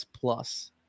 plus